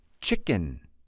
chicken